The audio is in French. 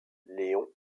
léon